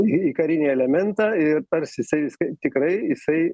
į karinį elementą ir tarsi jisai tikrai jisai